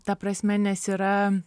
ta prasme nes yra